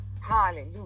hallelujah